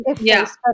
yes